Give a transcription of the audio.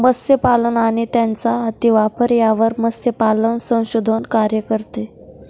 मत्स्यपालन आणि त्यांचा अतिवापर यावर मत्स्यपालन संशोधन कार्य करते